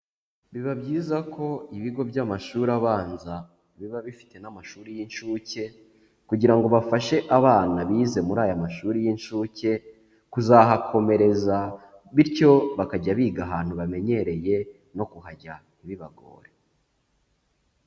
Biba byiza ko ibigo by'amashuri abanza biba bifite n'amashuri y'inshuke, kugira ngo bafashe abana bize muri aya mashuri y'inshuke kuzahakomereza, bityo bakajya biga ahantu bamenyereye no kuhajya ntibibagore.